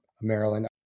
Maryland